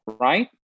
right